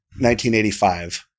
1985